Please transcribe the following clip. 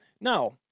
Now